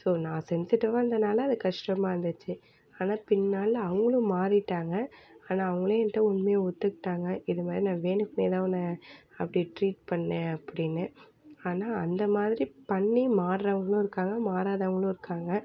so நான் சென்சிட்டிவ்வாக இருந்ததுனால் அது கஷ்டமாக இருந்துச்சு ஆனால் பின்னால் அவங்களும் மாறிவிட்டாங்க ஆனால் அவங்களே என்கிட்ட உண்மையை ஒத்துக்கிட்டாங்க இதுமாதிரி நான் வேணுக்குனே தான் உன்னை அப்படி ட்ரீட் பண்ணேன் அப்படின்னு ஆனால் அந்த மாதிரி பண்ணி மாறவங்களும் இருக்காங்க மாறாதவங்களும் இருக்காங்க